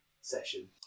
session